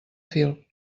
fil